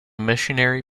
missionary